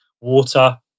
water